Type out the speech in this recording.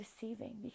deceiving